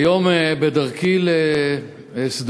היום, בדרכי לשדרות,